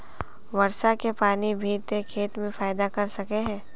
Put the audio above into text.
वर्षा के पानी भी ते खेत में फायदा कर सके है?